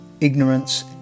ignorance